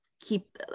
keep